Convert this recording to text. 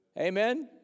Amen